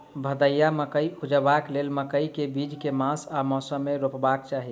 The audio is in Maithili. भदैया मकई उपजेबाक लेल मकई केँ बीज केँ मास आ मौसम मे रोपबाक चाहि?